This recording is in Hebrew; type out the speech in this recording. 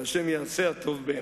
וה' יעשה הטוב בעיניו.